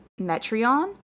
Metreon